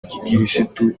gikirisitu